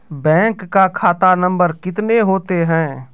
Bank का खाता नम्बर कितने होते हैं?